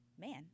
Man